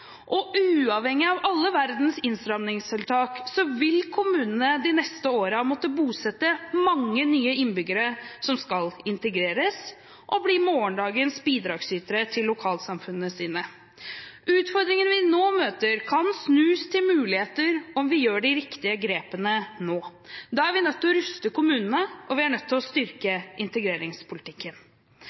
Og uavhengig av alle verdens innstramningstiltak, vil kommunene de neste årene måtte bosette mange nye innbyggere som skal integreres og bli morgendagens bidragsytere i lokalsamfunnene sine. Utfordringene vi nå møter, kan snus til muligheter om vi gjør de riktige grepene nå. Da er vi nødt til å ruste kommunene, og vi er nødt til å styrke integreringspolitikken.